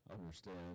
understand